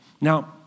Now